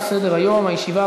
ההצעה